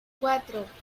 cuatro